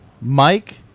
Mike